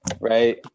Right